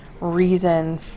reason